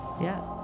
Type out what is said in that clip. Yes